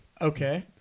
Okay